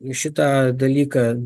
į šitą dalyką